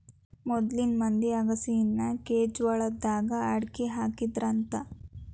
ಮೊದ್ಲಿನ ಮಂದಿ ಅಗಸಿನಾ ಕೆಂಜ್ವಾಳದಾಗ ಅಕ್ಡಿಹಾಕತ್ತಿದ್ರಂತ